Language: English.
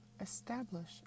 establish